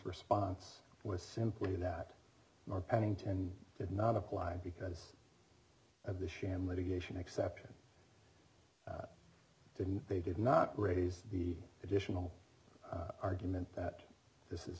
response was simply that pennington did not apply because of the sham litigation exception that they did not raise the additional argument that this is